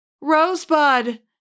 Rosebud